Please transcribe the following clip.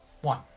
One